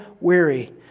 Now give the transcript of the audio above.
weary